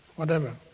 whatever.